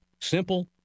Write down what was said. Simple